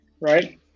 right